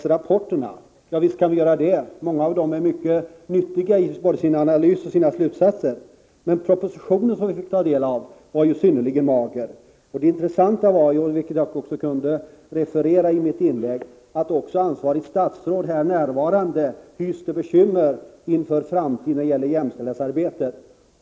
Ja, visst skall vi göra det. Många av dem är mycket nyttiga att läsa när det gäller både analyser och slutsatser. Men propositionen som vi fick ta del av var synnerligen mager. Och det intressanta var — vilket jag också kunde referera i mitt inlägg — att även ansvarigt statsråd, som är här närvarande, hyste bekymmer för framtiden när det gällde jämställdhetsarbetet.